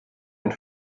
and